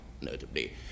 notably